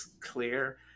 clear